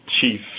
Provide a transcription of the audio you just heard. chief